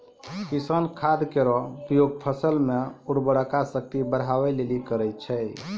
किसान खाद केरो प्रयोग फसल म उर्वरा शक्ति बढ़ाय लेलि करै छै